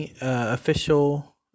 official